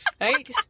Right